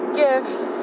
gifts